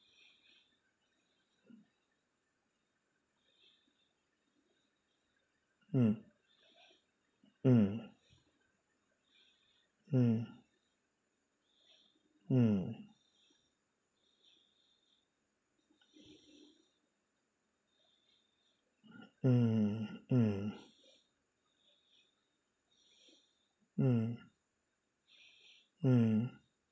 mm mm mm mm mm mm mm mm